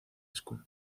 school